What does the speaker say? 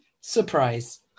Surprise